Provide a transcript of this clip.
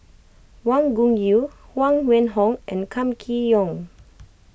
Wang Gungwu Huang Wenhong and Kam Kee Yong